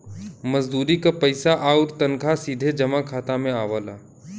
मजदूरी क पइसा आउर तनखा सीधे जमा खाता में आवला